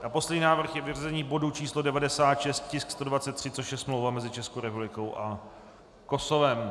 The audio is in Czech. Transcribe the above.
Poslední návrh je vyřazení bodu č. 96 tisk 123, což je smlouva mezi Českou republikou a Kosovem.